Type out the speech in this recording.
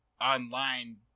online